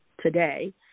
today